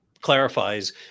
clarifies